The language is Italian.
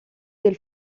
del